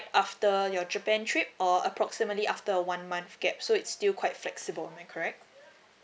after your japan trip or approximately after one month gap so it's still quite flexible am I correct